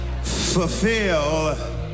Fulfill